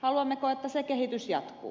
haluammeko että se kehitys jatkuu